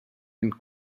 den